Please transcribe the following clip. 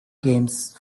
games